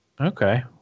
okay